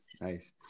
nice